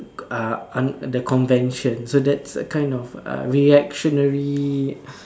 uh un~ the convention so that's a kind of reactionary